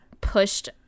pushed